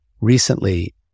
recently